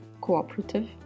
Cooperative